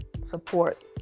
support